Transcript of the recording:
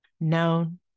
known